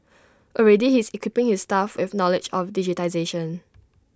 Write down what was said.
already he is equipping his staff with knowledge of digitisation